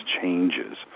changes